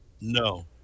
No